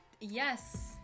Yes